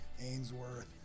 Ainsworth